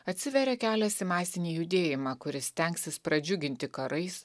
atsiveria kelias į masinį judėjimą kuris stengsis pradžiuginti karais